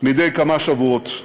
מדי כמה שבועות.